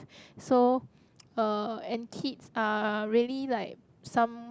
so uh and kids are really like some~